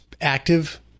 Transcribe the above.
active